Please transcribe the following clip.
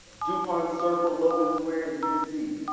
dupont circle logan square in dc.